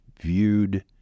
viewed